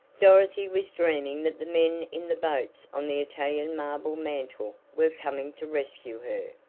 dorothy was dreaming that the men in the boats on the italian marble mantel were coming to rescue her.